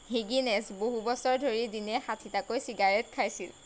হিগিনেছ বহুবছৰ ধৰি দিনে ষাঠিটাকৈ চিগাৰেট খাইছিল